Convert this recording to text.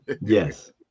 yes